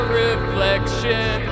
reflection